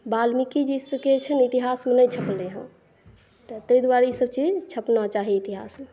बाल्मीकि जी के छै ने इतिहासमे नहि छपलै हँ तऽ तै दुआरे ई सब चीज छपना चाही इतिहास मे